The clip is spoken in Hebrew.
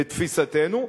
לתפיסתנו,